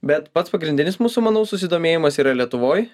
bet pats pagrindinis mūsų manau susidomėjimas yra lietuvoj